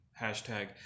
hashtag